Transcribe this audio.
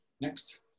Next